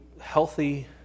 healthy